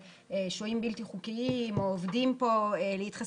שוהים בלתי חוקיים או עובדים פה להתחסן,